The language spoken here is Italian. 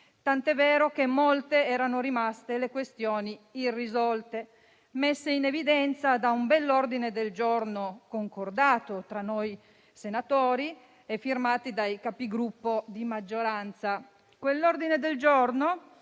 tanto è vero che molte erano rimaste le questioni irrisolte, messe in evidenza da un ordine del giorno, concordato tra noi senatori e firmato dai Capigruppo di maggioranza. Quell'ordine del giorno,